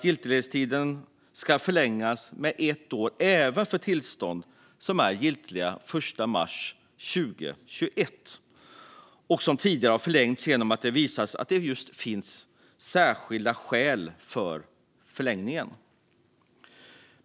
Giltighetstiden föreslås förlängas med ett år även för tillstånd som är giltiga den 1 mars 2021 och som tidigare har förlängts genom att det har visat sig finnas särskilda skäl för förlängning.